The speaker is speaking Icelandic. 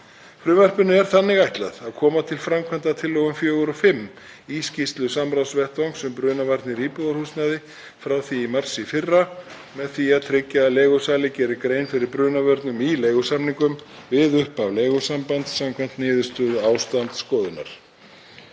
Frumvarpinu er þannig ætlað að koma til framkvæmda tillögum 4 og 5 í skýrslu samráðsvettvangs um brunavarnir í íbúðarhúsnæði frá því í mars í fyrra með því að tryggja að leigusali geri grein fyrir brunavörnum í leigusamningum við upphaf leigusambands samkvæmt niðurstöðu ástandsskoðunar.